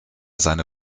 seine